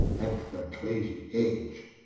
and for crasie age